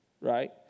right